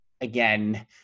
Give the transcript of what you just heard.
again